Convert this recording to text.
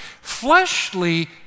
fleshly